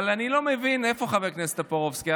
אבל אני לא מבין, איפה חבר הכנסת טופורובסקי?